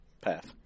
path